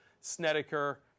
Snedeker